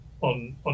on